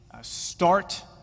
start